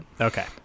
Okay